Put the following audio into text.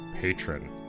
patron